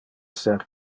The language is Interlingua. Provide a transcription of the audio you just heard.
ser